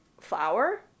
flour